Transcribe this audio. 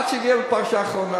עד שהגיע לפרשה האחרונה,